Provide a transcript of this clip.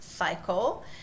cycle